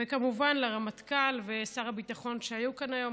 וכמובן לרמטכ"ל ולשר הביטחון, שהיו כאן היום.